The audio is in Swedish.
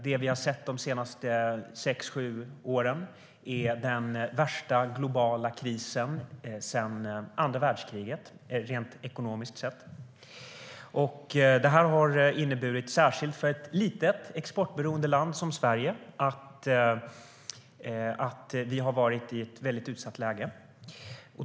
Det vi sett under de senaste sex sju åren är den värsta globala krisen sedan andra världskriget, sett rent ekonomiskt. Det här har inneburit - särskilt för ett litet exportberoende land som Sverige - att vi har befunnit oss i ett väldigt utsatt läge.